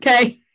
Okay